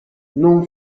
non